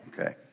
okay